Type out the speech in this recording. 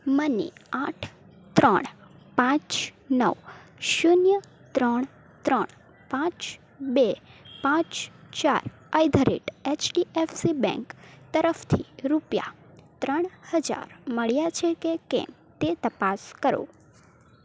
મને આઠ ત્રણ પાંચ નવ શૂન્ય ત્રણ ત્રણ પાંચ બે પાંચ ચાર આઈધર એટ એચડીએફસી બેન્ક તરફથી રૂપિયા ત્રણ હજાર મળ્યા છે કે કેમ તે તપાસ કરો